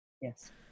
yes